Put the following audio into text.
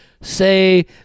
say